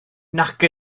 nac